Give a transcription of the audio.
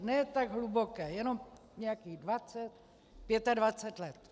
Ne tak hluboké, jenom nějakých dvacet, pětadvacet let.